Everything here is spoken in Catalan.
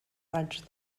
raig